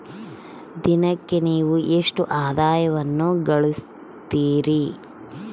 ದಿನಕ್ಕೆ ನೇವು ಎಷ್ಟು ಆದಾಯವನ್ನು ಗಳಿಸುತ್ತೇರಿ?